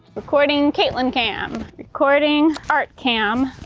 recording katelyn cam, recording art cam.